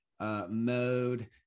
mode